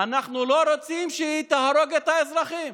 אנחנו לא רוצים שהיא תהרוג את האזרחים.